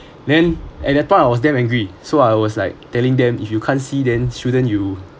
then at that time I was damn angry so I was like telling them if you can't see then shouldn't you